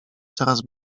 coraz